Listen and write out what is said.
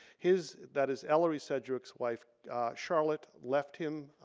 his, that is ellery sedgwick's wife charlotte left him,